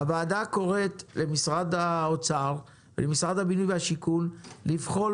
הוועדה קוראת למשרד האוצר ולמשרד הבינוי והשיכון לבחון